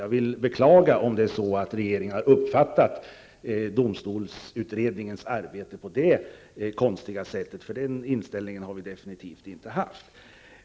Jag beklagar om regeringen hade uppfattat domstolsutredningens arbete på det konstiga sättet, för den inställningen har vi absolut inte haft.